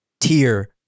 tier